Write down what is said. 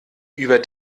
über